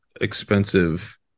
expensive